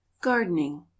gardening